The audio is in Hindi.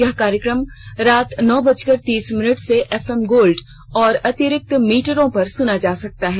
यह कार्यक्रम रात नौ बजकर तीस मिनट से एफएम गोल्ड और अतिरिक्त मीटरों पर सुना जा सकता है